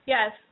Yes